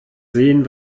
sehen